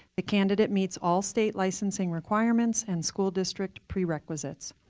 the candidate meets all state licensing requirements and school district prerequisites.